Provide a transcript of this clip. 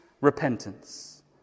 repentance